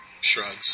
shrugs